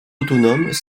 autonomes